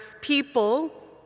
people